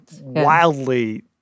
wildly